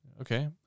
Okay